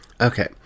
Okay